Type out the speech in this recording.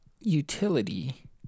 utility